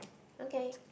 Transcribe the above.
okay